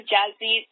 Jazzy